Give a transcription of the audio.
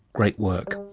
great work